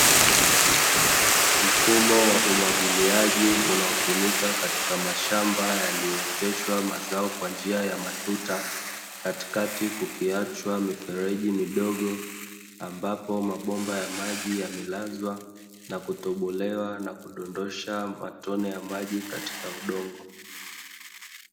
Mfumo wa umwagiliaji unaotumika katika mashamba yaliyooteshwa mazao kwa njia ya matuta, katikati kukiachwa mifereji midogo, ambapo mabomba ya maji yamelazwa na kutobolewa na kudondosha matone ya maji katika udongo.